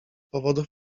powodów